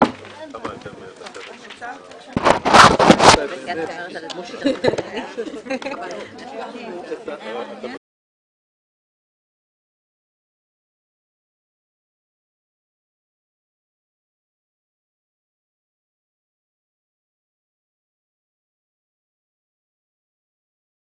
בשעה